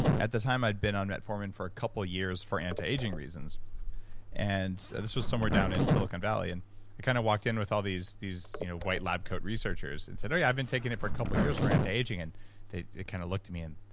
at the time i'd been on metformin for a couple of years for anti-aging reasons and this was somewhere down in silicon valley and i kind of walked in with all these these you know white lab coat researchers and said, hey! i've been taking it for a couple of years for anti-aging, and they kind of looked at me and